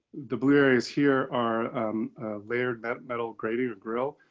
the blue areas here are layered that metal grading grill,